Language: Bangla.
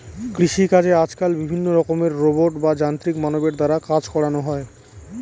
কৃষিকাজে আজকাল বিভিন্ন রকমের রোবট বা যান্ত্রিক মানবের দ্বারা কাজ করানো হয়